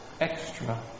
extra